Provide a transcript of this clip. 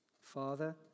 Father